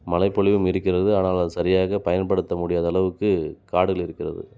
மழைப்பொழிவும் இருக்கிறது ஆனால் அதை சரியாக பயன்படுத்த முடியாத அளவுக்கு காடுகள் இருக்கிறது